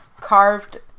carved